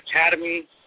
Academy